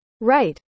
Right